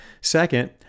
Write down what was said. Second